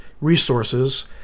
resources